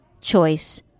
choice